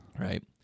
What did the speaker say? right